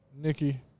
Nikki